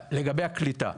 לגבי הקליטה.